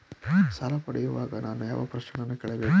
ಸಾಲ ಪಡೆಯುವಾಗ ನಾನು ಯಾವ ಪ್ರಶ್ನೆಗಳನ್ನು ಕೇಳಬೇಕು?